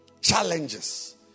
Challenges